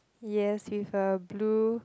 yes with a blue